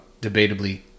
debatably